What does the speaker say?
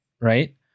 right